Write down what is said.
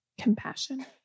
Compassion